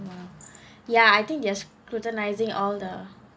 ya I think they are scrutinising all the